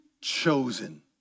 chosen